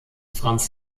franz